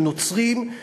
של נוצרים,